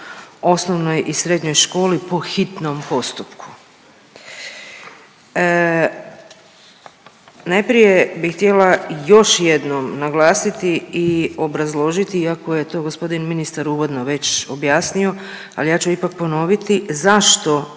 osnovnoj i srednjoj školi po hitnom postupku. Najprije bih htjela još jednom naglasiti i obrazložiti iako je to g. ministar uvodno već objasnio, ali ja ću ipak ponoviti zašto